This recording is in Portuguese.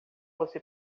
você